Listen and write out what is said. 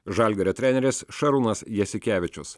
žalgirio treneris šarūnas jasikevičius